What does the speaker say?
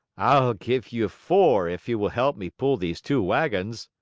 i'll give you four if you will help me pull these two wagons.